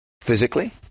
physically